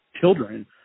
children